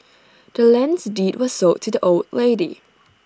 the land's deed was sold to the old lady